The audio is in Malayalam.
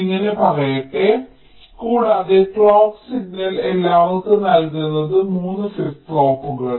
എന്നിങ്ങനെ പറയട്ടെ കൂടാതെ ക്ലോക്ക് സിഗ്നൽ എല്ലാവർക്കും നൽകുന്നു 3 ഫ്ലിപ്പ് പോപ്പുകൾ